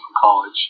college